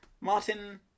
Martin